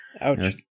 Ouch